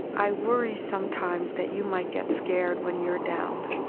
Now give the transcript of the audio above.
i worry, sometimes, that you might get scared when you're down.